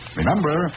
Remember